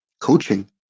coaching